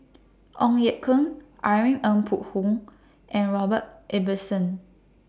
Ong Ye Kung Irene Ng Phek Hoong and Robert Ibbetson